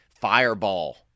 fireball